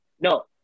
No